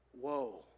whoa